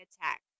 attack